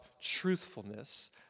truthfulness